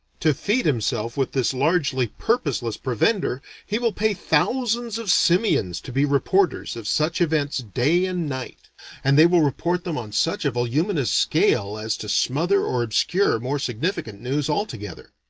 to feed himself with this largely purposeless provender, he will pay thousands of simians to be reporters of such events day and night and they will report them on such a voluminous scale as to smother or obscure more significant news altogether.